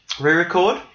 Re-record